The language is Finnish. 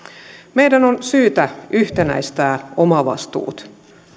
meidän on syytä yhtenäistää omavastuut